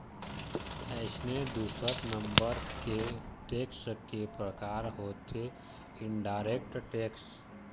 अइसने दूसर नंबर के टेक्स के परकार होथे इनडायरेक्ट टेक्स